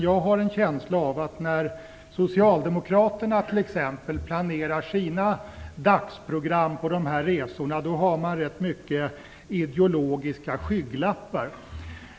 Jag har en känsla av att t.ex. socialdemokraterna har rätt mycket av ideologiska skygglappar när de planerar sina dagsprogram för sådana resor.